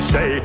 Say